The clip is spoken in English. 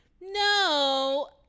No